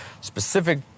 specific